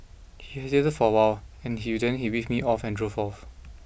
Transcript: he hesitated for a while and he then he waved me off and drove off